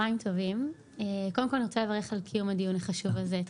(כל דבריה מתורגמים משפת הסימנים).